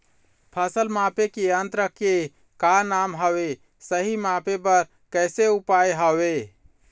फसल मापे के यन्त्र के का नाम हवे, सही मापे बार कैसे उपाय हवे?